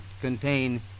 contain